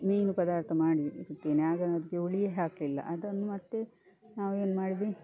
ಮೀನು ಪದಾರ್ಥ ಮಾಡಿರುತ್ತೇನೆ ಆಗ ಅದಕ್ಕೆ ಹುಳಿ ಹಾಕಲಿಲ್ಲ ಅದನ್ನು ಮತ್ತು ನಾವು ಏನು ಮಾಡಿದೆ